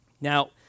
Now